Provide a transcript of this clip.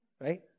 Right